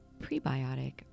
prebiotic